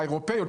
האירופאיות,